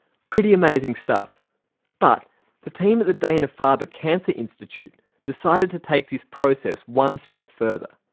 pretty amazing stuff but the team at the dana-farber cancer institute decided to take this process one step further.